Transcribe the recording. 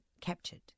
captured